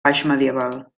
baixmedieval